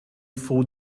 four